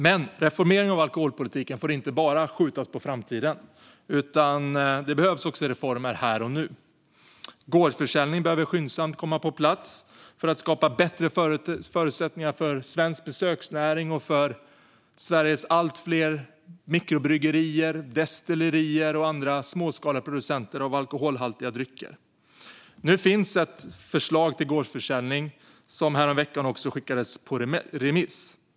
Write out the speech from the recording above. Men reformeringen av alkoholpolitiken får inte bara skjutas på framtiden. Det behövs också reformer här och nu. Gårdsförsäljning behöver skyndsamt komma på plats för att skapa bättre förutsättningar för svensk besöksnäring och för Sveriges allt fler mikrobryggerier, destillerier och andra småskaliga producenter av alkoholhaltiga drycker. Nu finns ett förslag till gårdsförsäljning som häromveckan skickades på remiss.